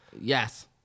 Yes